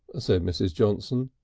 ah said mrs. johnson,